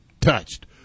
touched